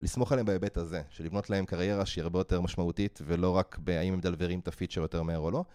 לסמוך עליהם בהיבט הזה של לבנות להם קריירה שהיא הרבה יותר משמעותית ולא רק בהאם מדלברים את הפיצ'ר יותר מהר או לא